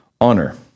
honor